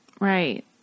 Right